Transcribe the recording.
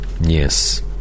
Yes